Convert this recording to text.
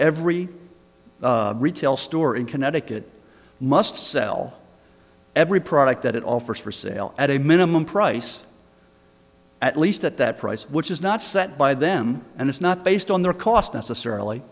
every retail store in connecticut must sell every product that it offers for sale at a minimum price at least at that price which is not set by them and it's not based on their cost necessarily